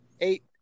Eight